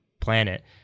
planet